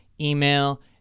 Email